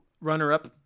runner-up